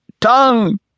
tongue